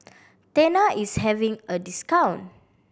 Tena is having a discount